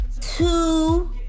two